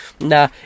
Nah